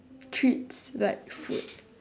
treats like food